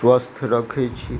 स्वस्थ रखै छी